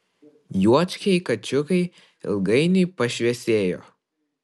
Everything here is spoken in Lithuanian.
juočkiai kačiukai ilgainiui pašviesėjo